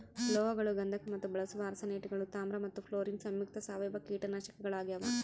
ಲೋಹಗಳು ಗಂಧಕ ಮತ್ತು ಬಳಸುವ ಆರ್ಸೆನೇಟ್ಗಳು ತಾಮ್ರ ಮತ್ತು ಫ್ಲೋರಿನ್ ಸಂಯುಕ್ತ ಸಾವಯವ ಕೀಟನಾಶಕಗಳಾಗ್ಯಾವ